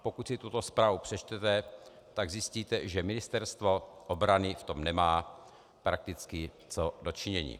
Pokud si tuto zprávu přečtete, tak zjistíte, že Ministerstvo obrany v tom nemá prakticky co do činění.